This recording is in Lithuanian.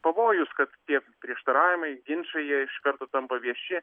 pavojus kad tie prieštaravimai ginčai jie iš karto tampa vieši